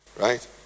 right